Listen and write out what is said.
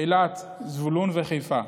אילת, זבולון וחיפה.